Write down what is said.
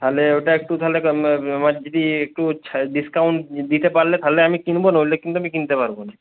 তাহলে ওটা একটু তাহলে যদি একটু ডিসকাউন্ট দিতে পারলে তাহলে আমি কিনব নইলে কিন্তু আমি কিনতে পারব না